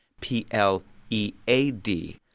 P-L-E-A-D